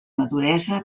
maduresa